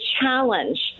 challenge